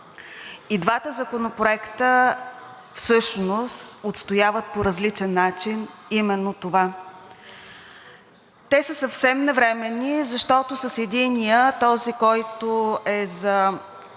И двата законопроекта всъщност отстояват по различен начин именно това. Те са съвсем навременни, защото с единия, този, който е